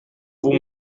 vous